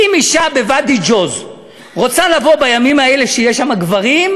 אם אישה בוואדי-ג'וז רוצה לבוא בימים האלה שיש שם גברים,